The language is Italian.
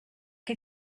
che